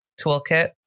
toolkit